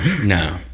No